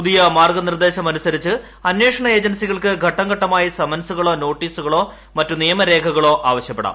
പുതുക്കിയ മാർഗ നിർദ്ദേശമനുസരിച്ച് അന്വേഷണ ഏജൻസികൾക്ക് ഘട്ടം ഘട്ടമായി സമൻസുകളോ നോട്ടീസുകളോ മറ്റു നിയമ രേഖകളോ ആവശ്യപ്പെടാം